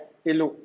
elok